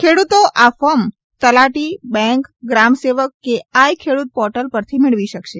ખેડૂતો આ ફોર્મ તલાટી બેંક ગ્રામસેવક કે આઈ ખેડૂત પોર્ટલ પરથી મેળવી શકશે